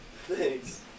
Thanks